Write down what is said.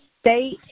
state